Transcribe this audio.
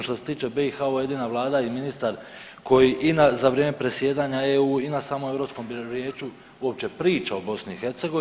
Što se tiče BiH ovo je jedina vlada i ministar koji i na za vrijeme predsjedanja EU i na samom Europskom vijeću uopće priča o BiH.